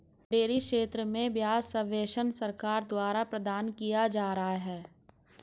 dairy क्षेत्र में ब्याज सब्वेंशन सरकार द्वारा प्रदान किया जा रहा है